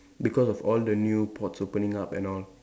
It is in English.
because of all the new ports opening up and all